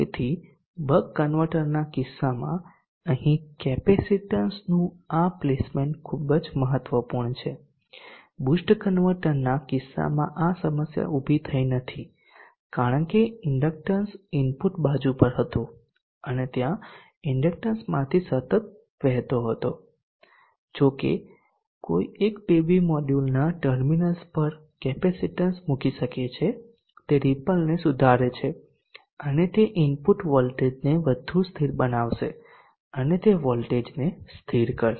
તેથી બક કન્વર્ટરના કિસ્સામાં અહીં કેપેસિટેન્સનું આ પ્લેસમેન્ટ ખૂબ જ મહત્વપૂર્ણ છે બૂસ્ટ કન્વર્ટરના કિસ્સામાં આ સમસ્યા ઊભી થઈ નથી કારણ કે ઇન્ડક્ટન્સ ઇનપુટ બાજુ પર હતું અને ત્યાં ઇન્ડકટરમાંથી સતત વહેતો હતો જો કે કોઈ એક પીવી મોડ્યુલના ટર્મિનલ્સ પર કેપેસિટીન્સ મૂકી શકે છે તે રીપલને સુધારે છે અને તે ઇનપુટ વોલ્ટેજને વધુ સ્થિર બનાવશે અને તે વોલ્ટેજને સ્થિર કરશે